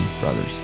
Brothers